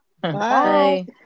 bye